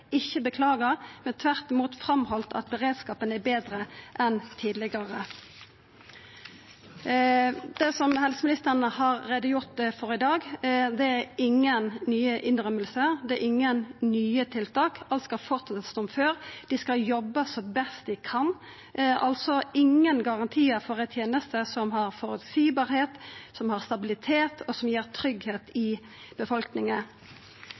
ikkje beklaga, men tvert imot hevda av beredskapen er betre enn tidlegare. Det helseministeren har gjort greie for i dag, er ingen nye innrømmingar, ingen nye tiltak. Alt skal fortsetja som før, dei skal jobba som best dei kan – altså ingen garantiar for ei teneste som er føreseieleg, som har stabilitet, som gir tryggleik for befolkninga.